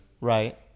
Right